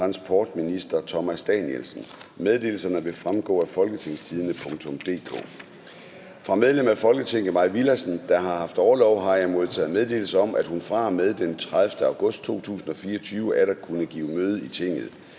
Folketinget herom. Mette Frederiksen /Henrik Skovgaard-Petersen«]. Fra medlem af Folketinget Mai Villadsen, der har haft orlov, har jeg modtaget meddelelse om, at hun fra og med den 30. august 2024 atter kunne give møde i Tinget.